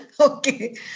Okay